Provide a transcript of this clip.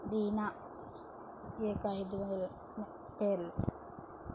వీణా ఈ యొక ఐదువె పేర్లు